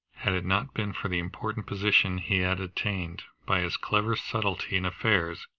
had it not been for the important position he had attained by his clever subtlety in affairs,